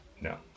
No